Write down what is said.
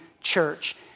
church